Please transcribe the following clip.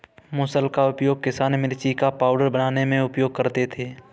मुसल का उपयोग किसान मिर्ची का पाउडर बनाने में उपयोग करते थे